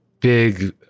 big